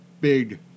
big